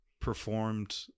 performed